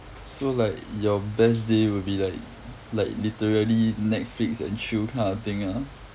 so like your best day will be like like literally Netflix and chill kind of thing ah